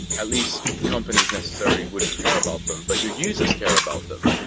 at least companies necessarily wouldn't care about them, but you users care about them.